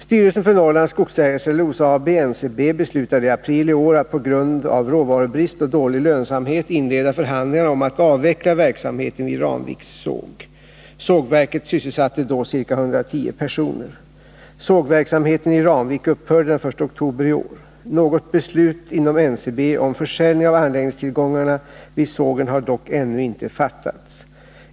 Styrelsen för Norrlands Skogsägares Cellulosa AB beslutade i april i år att på grund av råvarubrist och dålig lönsamhet inleda förhandlingar om att avveckla verksamheten vid Ramviks såg. Sågverket sysselsatte då ca 110 personer. Sågverksamheten i Ramvik upphörde den 1 oktober i år. Något beslut inom NCB om försäljning av anläggningstillgångarna vid sågen har dock ännu inte fattats.